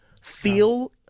feel